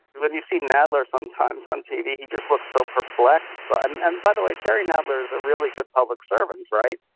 when you see nadler sometimes on tv, he just looks so perplexed. but and and by the way, jerry nadler is a really good public servant, right?